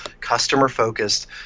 customer-focused